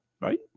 right